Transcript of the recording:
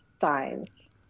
signs